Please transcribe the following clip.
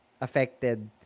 affected